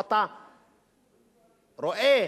או שאתה רואה